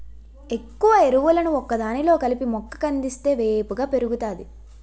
ఎక్కువ ఎరువులను ఒకదానిలో కలిపి మొక్క కందిస్తే వేపుగా పెరుగుతాది